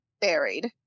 buried